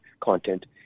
content